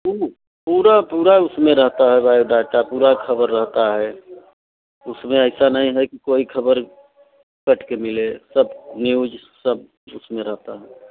क्यों पूरापूरा उसमें रहता है बायोडाटा पूरइ ख़बर रहती है उसमें ऐसा नहीं है कि कोई ख़बर कट कर मिले सब न्यूज़ सब उसमें रहता है